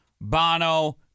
Bono